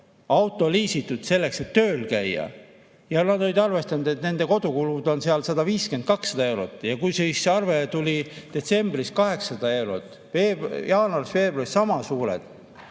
auto liisitud selleks, et tööl käia, ja nad olid arvestanud, et nende kodukulud on 150–200 eurot. Kui siis arve tuli detsembris 800 eurot, jaanuaris-veebruaris sama suured